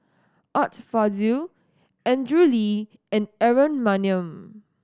Art Fazil Andrew Lee and Aaron Maniam